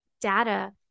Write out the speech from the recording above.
data